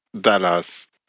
Dallas